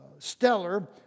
stellar